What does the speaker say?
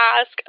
ask